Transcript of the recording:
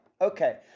Okay